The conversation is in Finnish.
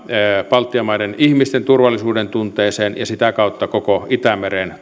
baltian maiden ihmisten turvallisuudentunteelle ja sitä kautta koko itämeren